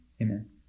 Amen